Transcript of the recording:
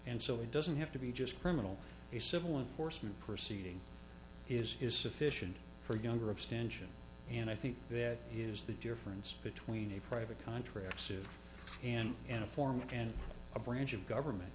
and so it doesn't have to be just criminal a civil enforcement proceeding is is sufficient for younger abstention and i think that is the difference between a private contract suit and an a form and a branch of government